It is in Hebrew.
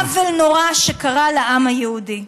עוול נורא שקרה לעם היהודי.